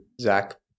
Zach